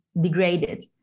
degraded